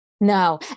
no